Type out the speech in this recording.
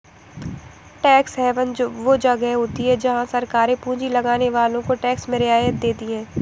tax haven वो जगह होती हैं जहाँ सरकारे पूँजी लगाने वालो को टैक्स में रियायत देती हैं